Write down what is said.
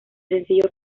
sencillo